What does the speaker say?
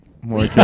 More